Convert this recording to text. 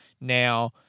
now